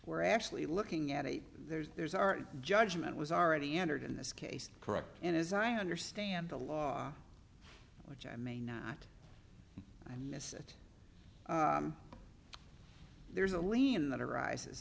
we're actually looking at it there's our judgment was already entered in this case correct and as i understand the law which i may not i miss it there's a layin that arises